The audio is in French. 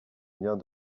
viens